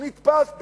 הוא נתפס בזה.